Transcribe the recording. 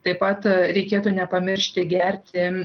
taip pat reikėtų nepamiršti gerti